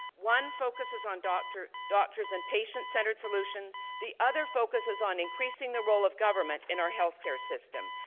one focuses on doctors doctors and patient-centered solutions. the other focuses on increasing the role of government in our healthcare system.